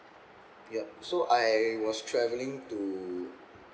yup so I was travelling to